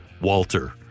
Walter